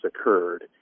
occurred